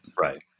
right